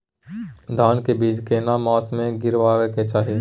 धान के बीज केना मास में गीरावक चाही?